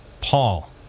Paul